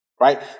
right